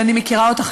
ואני מכירה אותך,